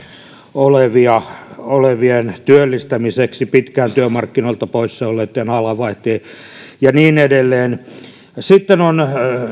olevien olevien työllistämiseksi pitkään työmarkkinoilta poissa olleitten alanvaihtajien ja niin edelleen sitten on